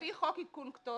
על פי חוק עדכון כתובת,